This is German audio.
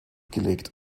gelegt